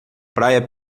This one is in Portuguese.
praia